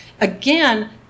Again